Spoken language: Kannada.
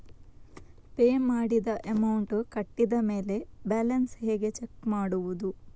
ಪೇ ಮಾಡಿದ ಅಮೌಂಟ್ ಕಟ್ಟಿದ ಮೇಲೆ ಬ್ಯಾಲೆನ್ಸ್ ಹೇಗೆ ಚೆಕ್ ಮಾಡುವುದು?